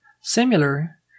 Similar